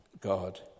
God